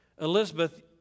Elizabeth